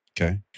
Okay